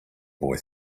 boy